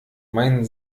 meinen